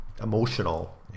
emotional